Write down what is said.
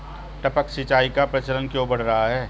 टपक सिंचाई का प्रचलन क्यों बढ़ रहा है?